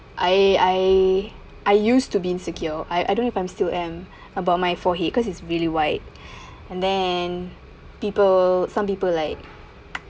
I I I used to be insecure I I don't if I'm still em about my forehead cause it's really wide and then people some people like